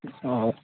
ہاں